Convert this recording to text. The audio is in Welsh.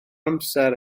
amser